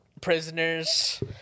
prisoners